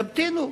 תמתינו,